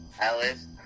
Alice